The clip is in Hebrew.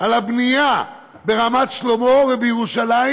על הבנייה ברמת שלמה ובירושלים,